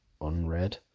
unread